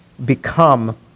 become